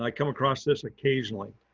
like come across this occasionally.